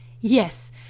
Yes